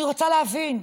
אני רוצה להבין,